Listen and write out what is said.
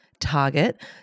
target